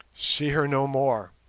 see her no more,